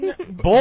Boy